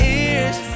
ears